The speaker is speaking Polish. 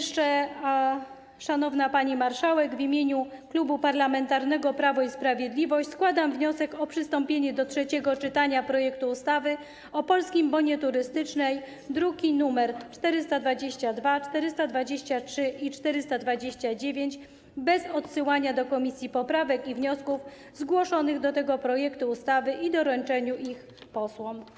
Szanowna pani marszałek, w imieniu Klubu Parlamentarnego Prawo i Sprawiedliwość składam wniosek o przystąpienie do trzeciego czytania projektu ustawy o Polskim Bonie Turystycznym, druki nr 422, 423 i 429, bez odsyłania do komisji poprawek i wniosków zgłoszonych do tego projektu ustawy i o doręczenie ich posłom.